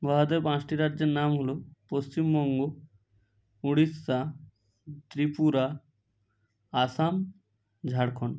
ভারতের পাঁচটি রাজ্যের নাম হল পশ্চিমবঙ্গ উড়িষ্যা ত্রিপুরা আসাম ঝাড়খন্ড